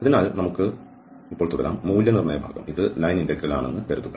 അതിനാൽ നമുക്ക് ഇപ്പോൾ തുടരാം മൂല്യനിർണ്ണയ ഭാഗം ഇത് ലൈൻ ഇന്റഗ്രൽ ആണെന്ന് കരുതുക